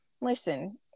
listen